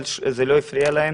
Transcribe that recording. אבל זה לא הפריע להם